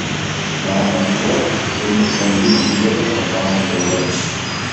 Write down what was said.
dana cvakt ir nuskandino žiedą šampano taurėn